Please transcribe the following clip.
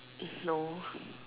no